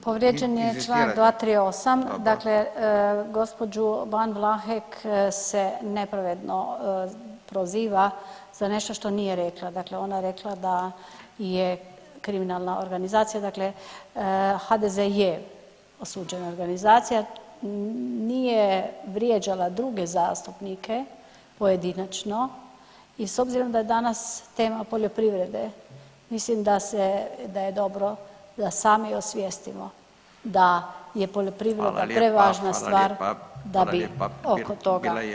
Povrijeđen je čl. 238., dakle gđu. Ban Vlahek se nepravedno proziva za nešto što nije rekla, dakle ona je rekla da je kriminalna organizacija dakle HDZ je osuđena organizacija, nije vrijeđala druge zastupnike pojedinačno i s obzirom da je danas tema poljoprivrede mislim da se, da je dobro da sami osvijestimo da je poljoprivreda prevažna stvar da bi oko toga